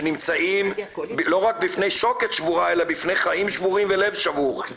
שנמצאים לא רק בפני שוקת שבורה אלא בפני חיים שבורים ולב שבור.